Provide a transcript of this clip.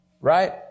Right